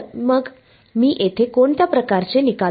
तर मग मी येथे कोणत्या प्रकारचे निकाल मिळवू शकतो